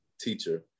teacher